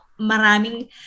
maraming